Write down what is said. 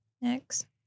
Next